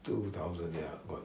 two thousand ya about